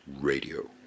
radio